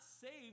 saved